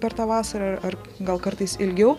per tą vasarą ar gal kartais ilgiau